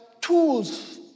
tools